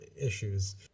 issues